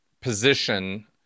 position